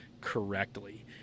correctly